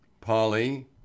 Polly